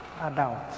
adults